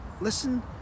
listen